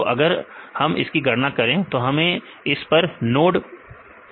तो अगर हम इसकी गणना करें और इसे हम इस नोड पर ले